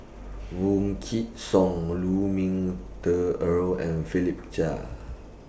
Song Lu Ming Teh Earl and Philip Chia